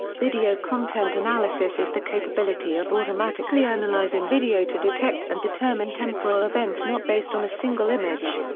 video content analysis is the capability of automatically analyzing video to detect and determine temporal events not based on a single image.